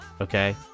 okay